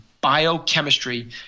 biochemistry